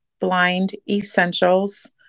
blindessentials